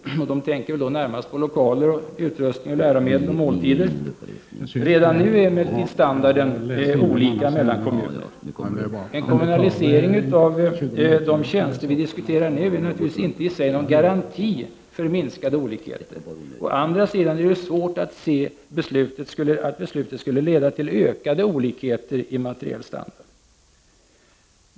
De tänker väl då närmast på lokaler, utrustning, läromedel och måltider. Redan nu är emellertid standarden olika i olika kommuner. En kommunalisering av de tjänster vi nu diskuterar är naturligtvis inte i sig någon garanti för minskade olikheter. Å andra sidan är det svårt att se att beslutet skulle leda till ökade olikheter i materiell standard.